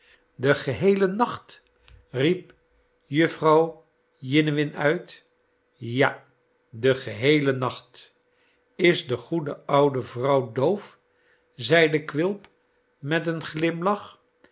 den geheelen nacht riep jufvrouw jiniwin uit ja den geheelen nacht is de goede oude vrouw doof zeide quilp met een glimlach